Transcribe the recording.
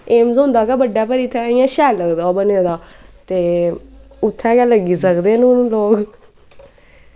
AIIMS होंदे गै बड्डा पर इत्थैं इ'यां शैल लगदा बने दा ते उत्थें गै लग्गी सकदे न हून लोग